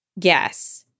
Yes